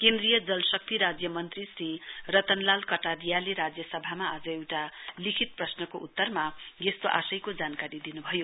केन्द्रीय जलशक्ति राज्य मन्त्री श्री रतनलाल कटारिया ले राज्यसभामा आज एउटा लिखित प्रश्नको उत्तरमा यस्तो आशयको जानकारी दिनुभयो